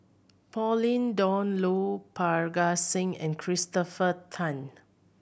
Pauline Dawn Loh Parga Singh and Christopher Tan